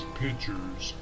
pictures